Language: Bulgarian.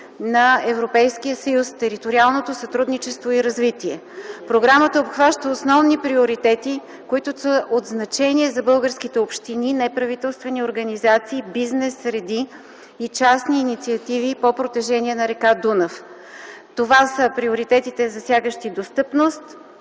на Европейския съюз „Териториално сътрудничество и развитие”. Програмата обхваща основни приоритети, които са от значение за българските общини, неправителствени организации, бизнес среди и частни инициативи по протежение на р. Дунав. Това са приоритетите, засягащи достъпност,